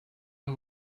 who